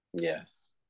yes